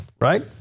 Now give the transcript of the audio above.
right